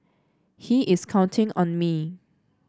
he is counting on me